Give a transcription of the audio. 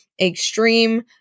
extreme